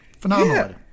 phenomenal